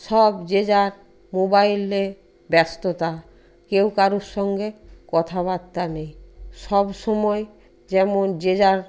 সব যে যার মোবাইলে ব্যস্ততা কেউ কারুর সঙ্গে কথাবার্তা নেই সবসময় যেমন যে যার